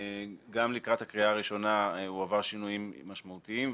גם לקראת הקריאה הראשונה הוא עבר שינויים משמעותיים,